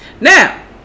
now